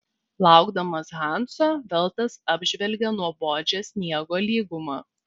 laukdamas hanso veltas apžvelgė nuobodžią sniego lygumą